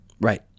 Right